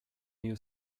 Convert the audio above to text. new